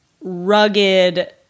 rugged